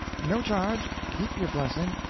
no charge keep your blessing.